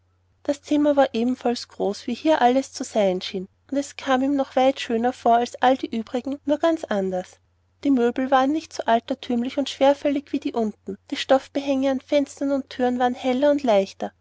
das zimmer war ebenfalls groß wie hier alles zu sein schien und es kam ihm noch weit schöner vor als all die übrigen nur ganz anders die möbel waren nicht so altertümlich und schwerfällig wie die unten die stoffbehänge an fenstern und thüren waren heller und leichter